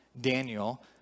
Daniel